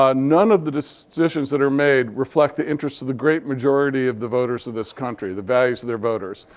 ah none of the decisions that are made reflect the interests of the great majority of the voters of this country, the values of their voters.